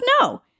no